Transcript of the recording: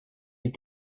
fit